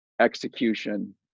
execution